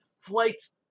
flights